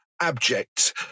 abject